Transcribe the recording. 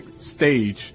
stage